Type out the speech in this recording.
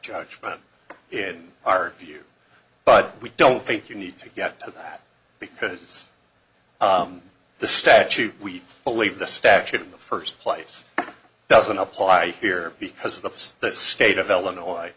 judgment in our view but we don't think you need to get to that because the statute we believe the statute in the first place doesn't apply here because the fs the state of illinois